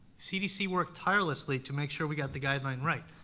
cdc worked tirelessly to make sure we got the guideline right.